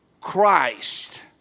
Christ